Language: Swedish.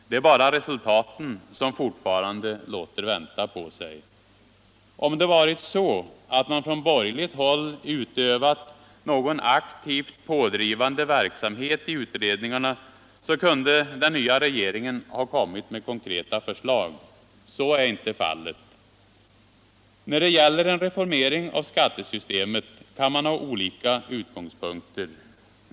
Det är bara resultaten som fortfarande låter vänta på sig. Om man från borgerligt håll hade utövat någon aktivt pådrivande Allmänpolitisk debatt Allmänpolitisk debatt verksamhet i utredningarna kunde den nya regeringen ha kommit med konkreta förslag. Så är inte fallet. När det gäller en reformering av skattesystemet kan man ha olika utgångspunkter.